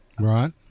Right